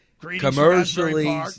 commercially